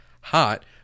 hot